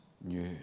new